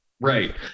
right